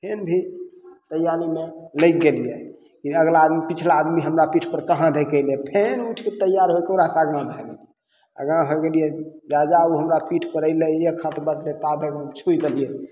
फेन भी तैयारीमे लगि गेलियै कि अगिला आदमी पिछला आदमी हमरा पीठपर कहाँ धएके अयलय फेन उठिके तैयार होइ कऽ ओकरासँ आगा भागि गेलियै आगा हो गेलियै राजा उ हमरा पीठपर अइलय एक हाथ बजलय ता धरि हम छुइ देलियै